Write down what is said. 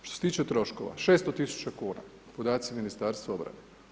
Što se tiče troškova, 600 tisuća kuna podaci Ministarstva obrane.